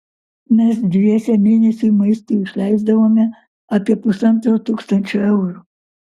mes dviese mėnesiui maistui išleisdavome apie pusantro tūkstančio eurų